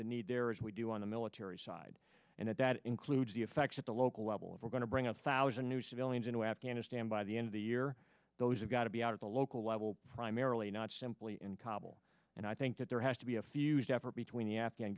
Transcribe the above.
the need there as we do on the military side and that that includes the effects at the local level and we're going to bring a thousand new civilians into afghanistan by the end of the year those have got to be out at the local level primarily not simply in kabul and i think that there has to be a fused effort between